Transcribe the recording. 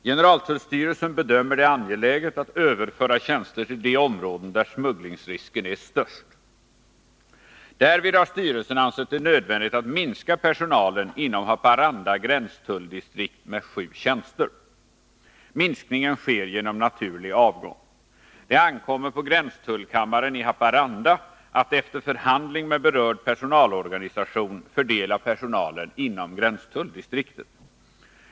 Generaltullstyrelsen bedömer det angeläget att överföra tjänster till de områden där smugglingsrisken är störst. Därvid har styrelsen ansett det nödvändigt att minska personalen inom Haparanda gränstulldistrikt med sju tjänster. Minskningen sker genom naturlig avgång. Det ankommer på gränstullkammaren i Haparanda att efter förhandling med berörd personalorganisation fördela personalen inom gränstulldistriktet.